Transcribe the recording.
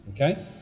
okay